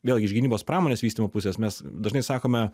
vėlgi iš gynybos pramonės vystymo pusės mes dažnai sakome